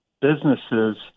businesses